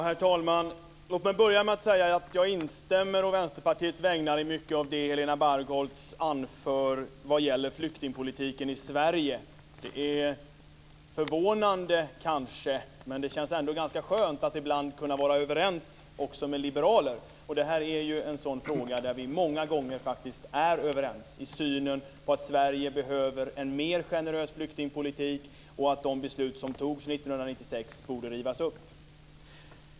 Herr talman! Låt mig börja med att säga att jag instämmer å Vänsterpartiets vägnar i mycket av det som Helena Bargholtz anför när det gäller flyktingpolitiken i Sverige. Det är kanske förvånande, men det känns ganska skönt att ibland kunna vara överens också med liberaler. Och detta är en sådan fråga där vi många gånger är överens i synen på att Sverige behöver en mer generös flyktingpolitik och på att det beslut som fattades 1996 borde rivas upp.